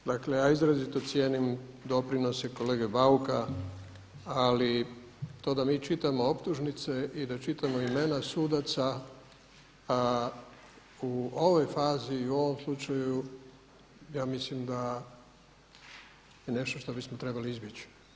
Dakle ja izrazito cijenim doprinose kolege Bauka ali to da mi čitamo optužnice i da čitamo imena sudaca u ovoj fazi i u ovom slučaju ja mislim da je nešto šta bismo trebali izbjeći.